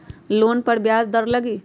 Loan पर ब्याज दर लगी?